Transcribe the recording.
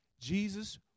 Jesus